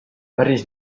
päris